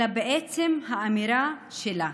אלא בעצם האמירה שלה,